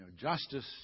Justice